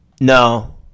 No